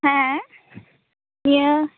ᱦᱮᱸ ᱱᱤᱭᱟᱹ